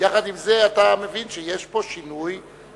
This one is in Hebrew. יחד עם זה אתה מבין שיש פה שינוי בתפיסה.